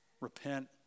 repent